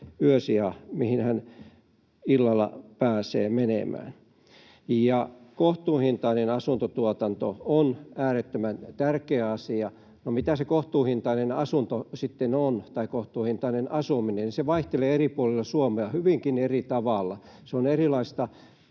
mihin hän illalla pääsee menemään. Kohtuuhintainen asuntotuotanto on äärettömän tärkeä asia. No mitä se kohtuuhintainen asunto tai kohtuuhintainen asuminen sitten on? Se vaihtelee eri puolilla Suomea hyvinkin eri tavalla. Se on erilaista